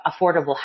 affordable